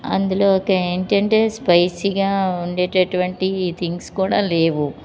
అందులోకి ఏంటంటే స్పైసీగా ఉండేటటువంటి థింగ్స్ కూడా లేవు